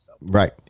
Right